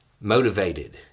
motivated